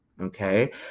Okay